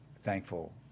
thankful